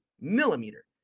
millimeter